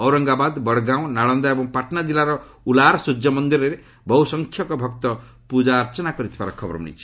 ଔରଙ୍ଗାବାଦ ବଡଗାଓଁ ନାଳନ୍ଦା ଏବଂ ପାଟନା ଜିଲ୍ଲାର ଉଲାର ସୂର୍ଯ୍ୟମନ୍ଦିରରେ ବହୁସଂଖ୍ୟକ ଭକ୍ତ ପୂକାର୍ଚ୍ଚନା କରିଥିବାର ଖବର ମିଳିଛି